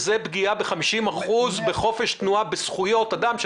זאת פגיעה ב-50% בחופש התנועה ובזכויות אדם,